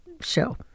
show